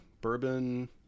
bourbon